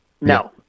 No